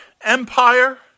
Empire